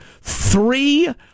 three